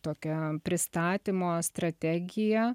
tokią pristatymo strategiją